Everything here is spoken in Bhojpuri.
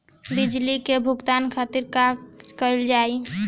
बिजली के भुगतान खातिर का कइल जाइ?